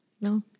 no